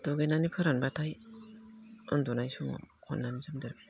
दुगैनानै फोरानब्लाथाय उन्दुनाय समाव खननानै जोमो